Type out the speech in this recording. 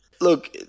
Look